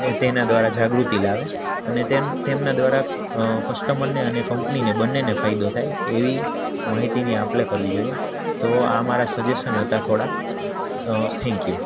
એ તેના દ્વારા જાગૃતિ લાવે અને તેમના દ્વારા કસ્ટમરને અને કંપનીને બંનેને ફાયદો થાય એવી માહિતીની આપ લે કરવી જોઈએ તો આ મારા સજેસન હતા થોડાક થેન્ક યુ